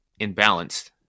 imbalanced